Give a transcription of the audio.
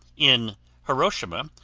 in hiroshima,